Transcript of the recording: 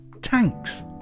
Tanks